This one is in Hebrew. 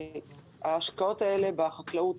ההשקעות האלה בחקלאות